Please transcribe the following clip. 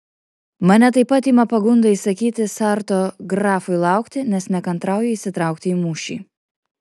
mane taip pat ima pagunda įsakyti sarto grafui laukti nes nekantrauju įsitraukti į mūšį